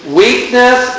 weakness